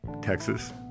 Texas